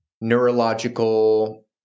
neurological